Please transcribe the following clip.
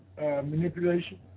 manipulation